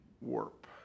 warp